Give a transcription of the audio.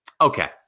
Okay